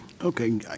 Okay